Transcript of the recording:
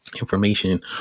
information